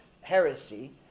heresy